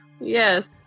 Yes